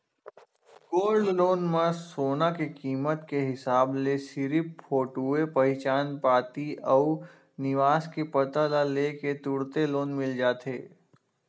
gold loan म सोना के कीमत के हिसाब ले सिरिफ फोटूए पहचान पाती अउ निवास के पता ल ले के तुरते लोन मिल जाथे